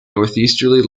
northeasterly